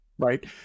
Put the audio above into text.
Right